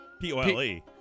P-O-L-E